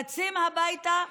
רצים הביתה,